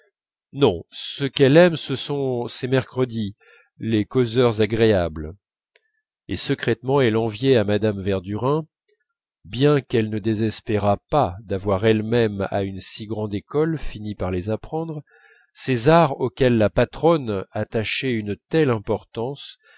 non ce qu'elle aime ce sont ses mercredis les causeurs agréables et secrètement elle enviait à mme verdurin bien qu'elle ne désespérât pas d'avoir elle-même à une si grande école fini par les apprendre ces arts auxquels la patronne attachait une si belle importance